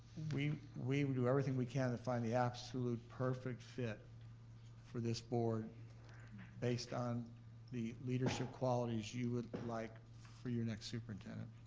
we we will do everything we can find the absolute perfect fit for this board based on the leadership qualities you would like for your next superintendent.